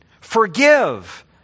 forgive